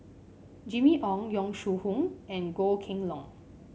Jimmy Ong Yong Shu Hoong and Goh Kheng Long